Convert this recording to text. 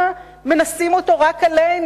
של התקציב הדו-שנתי, למה מנסים אותו רק עלינו?